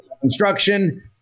construction